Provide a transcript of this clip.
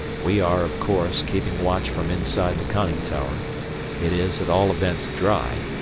we are, of course, keeping watch from inside the conning tower it is, at all events, dry,